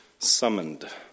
Summoned